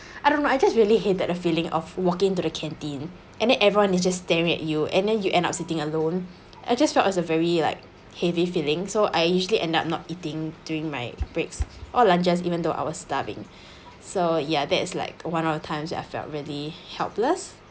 I don't know I just really hate that the feeling of walking to the canteen and then everyone is just staring at you and then you end up sitting alone I just felt that's a very like heavy feeling so I usually end up not eating during my breaks or lunches even though I was starving so ya that's like one of the times that I felt really helpless